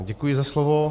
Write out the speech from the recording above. Děkuji za slovo.